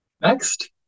Next